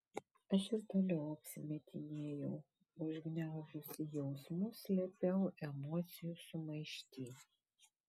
aš ir toliau apsimetinėjau užgniaužusi jausmus slėpiau emocijų sumaištį